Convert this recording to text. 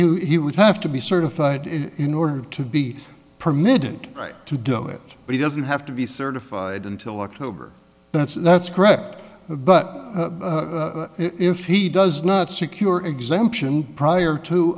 would he would have to be certified in order to be permitted right to do it but he doesn't have to be certified until october that's that's correct but if he does not secure exemption prior to